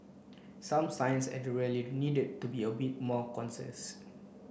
some signs at the rally needed to be a bit more concise